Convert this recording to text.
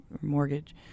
mortgage